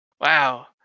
Wow